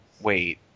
wait